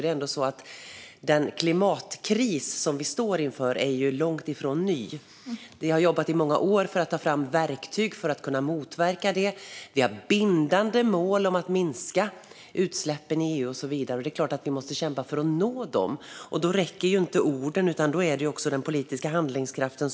Den klimatkris som vi står inför är ju långt ifrån ny. Vi har jobbat i många år för att ta fram verktyg för att kunna motverka den. Vi har fattat beslut om bindande mål för att minska utsläppen i EU och så vidare. Vi måste såklart kämpa för att nå dem. Då räcker det inte med ord. Då behövs också den politiska handlingskraften.